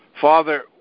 Father